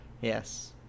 Yes